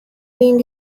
being